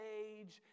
age